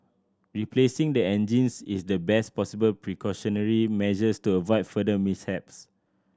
replacing the engines is the best possible precautionary measures to avoid further mishaps